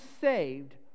saved